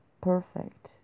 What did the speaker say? perfect